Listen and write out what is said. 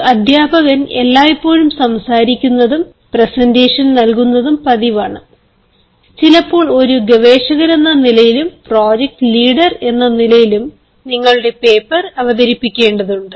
ഒരു അദ്ധ്യാപകൻ എല്ലായ്പ്പോഴും സംസാരിക്കുന്നതും പ്രസന്റേഷൻ നൽകുന്നതും പതിവാണ് ചിലപ്പോൾ ഒരു ഗവേഷകനെന്ന നിലയിലും പ്രോജക്റ്റ് ലീഡർ എന്ന നിലയിലും നിങ്ങളുടെ പേപ്പർ അവതരിപ്പിക്കാറുണ്ട്